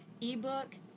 ebook